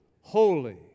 holy